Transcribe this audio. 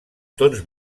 tons